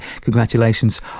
Congratulations